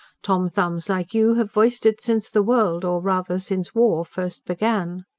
tom-thumbs like you have voiced it since the world or rather since war first began.